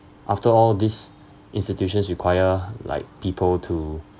after all these institutions require like people to